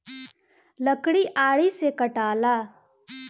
लकड़ी आरी से कटाला